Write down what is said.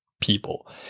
people